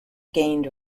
gained